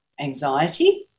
anxiety